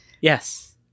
Yes